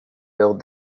build